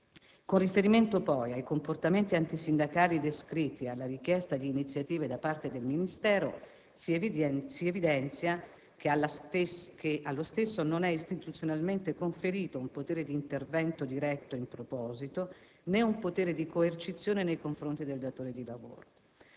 Con riferimento, poi, ai comportamenti antisindacali descritti e alla richiesta di iniziative da parte del Ministero, si evidenzia che allo stesso non è istituzionalmente conferito un potere di intervento diretto in proposito, né un potere di coercizione nei confronti del datore di lavoro.